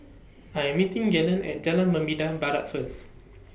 I Am meeting Gaylon At Jalan Membina Barat First